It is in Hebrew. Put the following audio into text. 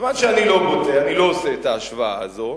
אני לא עושה את ההשוואה הזאת.